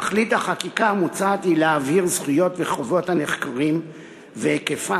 תכלית החקיקה המוצעת היא להבהיר זכויות וחובות הנחקרים והיקפן,